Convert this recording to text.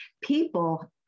people